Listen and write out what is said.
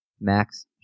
Max